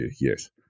yes